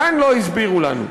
כאן לא הסבירו לנו.